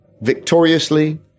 victoriously